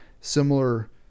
similar